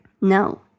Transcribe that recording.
No